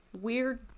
weird